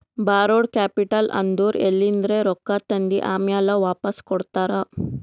ಬಾರೋಡ್ capital ಅಂದುರ್ ಎಲಿಂದ್ರೆ ರೊಕ್ಕಾ ತಂದಿ ಆಮ್ಯಾಲ್ ವಾಪಾಸ್ ಕೊಡ್ತಾರ